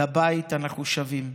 לבית אנחנו שבים.